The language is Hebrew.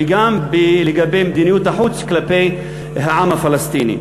וגם לגבי מדיניות החוץ כלפי העם הפלסטיני.